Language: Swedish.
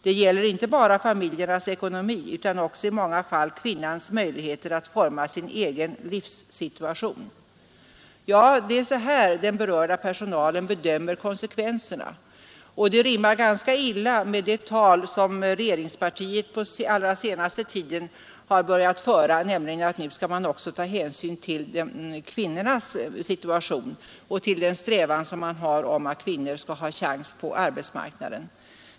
Det gäller inte bara familjernas ekonomi utan också i många fall kvinnans möjligheter att forma sin egen livssituation.” Ja, det är så här den berörda personalen bedömer konsekvenserna, och det rimmar ganska illa med det tal som regeringspartiet på den allra senaste tiden har börjat föra, nämligen att nu skali man också ta hänsyn till kvinnornas situation och till att dessa skall ha en chans på arbetsmarknaden.